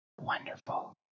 Wonderful